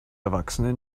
erwachsene